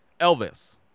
Elvis